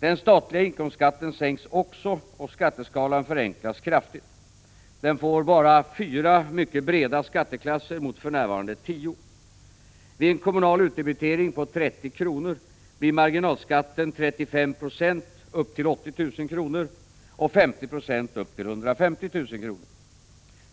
Den statliga inkomstskatten sänks också, och skatteskalan förenklas kraftigt. Den får endast fyra mycket breda skatteklasser mot för närvarande tio klasser. Vid en kommunal utdebitering på 30 kr. blir marginalskatten 35 6 upp till 80 000 kr. och 50 22 upp till 150 000 kr.